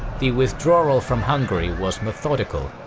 the withdrawal from hungary was methodical,